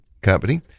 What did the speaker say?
company